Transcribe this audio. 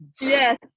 Yes